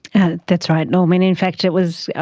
and that's right, norman, in fact it was, yeah